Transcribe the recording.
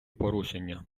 порушення